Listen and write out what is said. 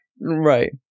Right